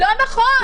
לא נכון.